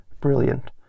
brilliant